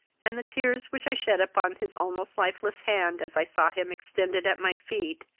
and the tears, which i shed upon his almost lifeless hand, as i saw him extended at my feet,